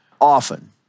often